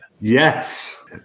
Yes